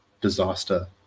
disaster